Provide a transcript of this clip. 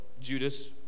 Judas